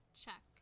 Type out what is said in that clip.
check